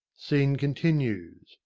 scene continues.